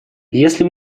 если